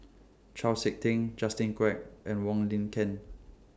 Chau Sik Ting Justin Quek and Wong Lin Ken